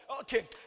Okay